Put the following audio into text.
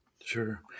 Sure